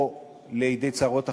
או לידי צרות אחרות.